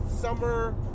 summer